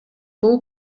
бул